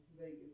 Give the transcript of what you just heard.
Vegas